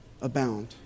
abound